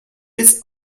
bis